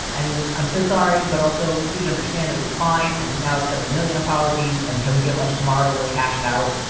and it was. i'm so sorry. but also, please understand that it was fine. and now accept a million apologies. and can we get lunch tomorrow to really hash it out?